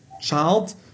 child